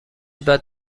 بعد